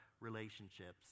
relationships